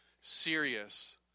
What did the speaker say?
serious